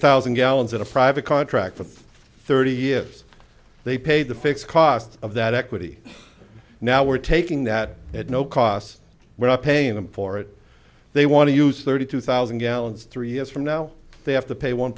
thousand gallons in a private contract for thirty years they pay the fixed cost of that equity now we're taking that at no cost well paying them for it they want to use thirty two thousand gallons three years from now they have to pay one